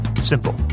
Simple